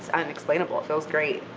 um unexplainable, feels great!